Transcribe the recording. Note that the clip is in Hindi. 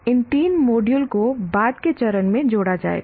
इन 3 मॉड्यूल को बाद के चरण में जोड़ा जाएगा